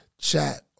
chat